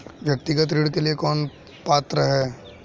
व्यक्तिगत ऋण के लिए कौन पात्र है?